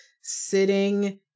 sitting